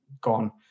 gone